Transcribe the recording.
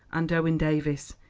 and owen davies,